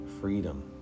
freedom